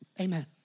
Amen